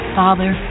father